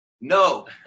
No